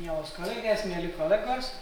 mielos kolegės mieli kolegos